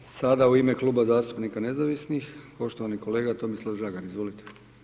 Sada u ime Kluba zastupnika nezavisnih, poštovani kolega Tomislav Žagar, izvolite.